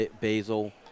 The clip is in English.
basil